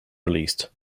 released